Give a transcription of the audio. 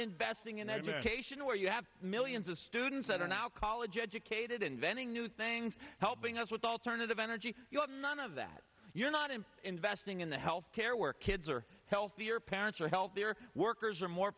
investing in education where you have millions of students that are now college educated inventing new things helping us with alternative energy you have none of that you're not in investing in the health care where kids are healthier parents are healthier workers are more